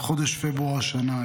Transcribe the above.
בחודש פברואר השנה,